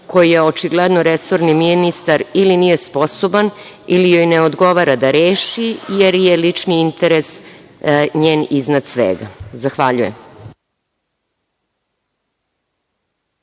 koje očigledno resorni ministar ili nije sposoban ili joj ne odgovara da reši, jer je lični interes njen iznad svega. **Veroljub